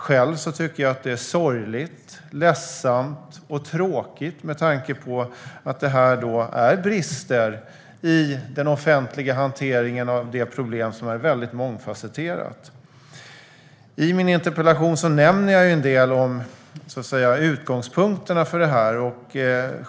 Själv tycker jag att det är sorgligt, ledsamt och tråkigt med tanke på att det här är brister i den offentliga hanteringen av det problem som är väldigt mångfasetterat. I min interpellation nämner jag en del om utgångspunkterna för detta.